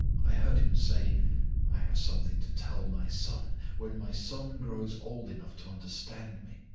i heard him say i have something to tell my son, when my son grows old enough to understand me.